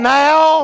now